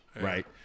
right